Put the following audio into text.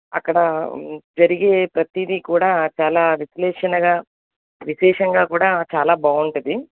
అక్కడ జరిగే ప్రతిదీ కూడా చాలా విశ్లేషణగా విశేషంగా కూడా చాలా బావుంటుంది